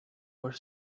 were